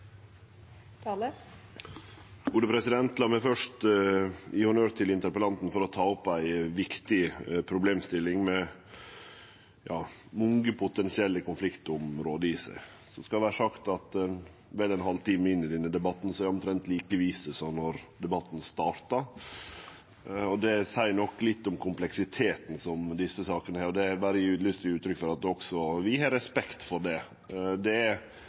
meg først gje honnør til interpellanten for å ta opp ei viktig problemstilling med mange potensielle konfliktområde i seg. Det skal vere sagt at vel ein halvtime inne i denne debatten er eg omtrent like vis som då debatten starta. Det seier nok litt om kompleksiteten som desse sakene har, og eg har berre lyst til å gje uttrykk for at også vi har respekt for det. Det er